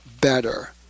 better